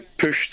pushed